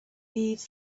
needs